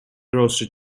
roasted